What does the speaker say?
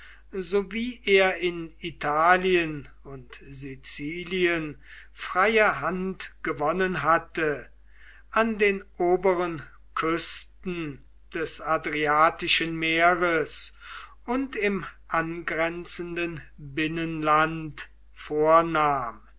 so wie er in italien und sizilien freie hand gewonnen hatte an den oberen küsten des adriatischen meeres und im angrenzenden binnenland vornahm